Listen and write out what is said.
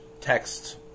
text